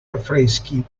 affreschi